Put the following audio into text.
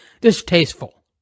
distasteful